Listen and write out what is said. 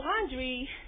laundry